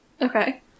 Okay